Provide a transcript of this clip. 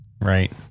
Right